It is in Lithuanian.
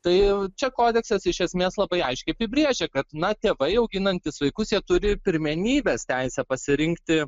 tai čia kodeksas iš esmės labai aiškiai apibrėžia kad na tėvai auginantys vaikus jie turi pirmenybės teisę pasirinkti